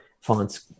fonts